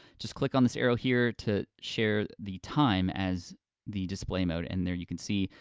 just click on this arrow here to share the time as the display mode, and there you can see,